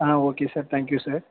ah okay sir thank you sir